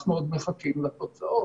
אנחנו עוד מחכים לתוצאות.